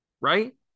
Right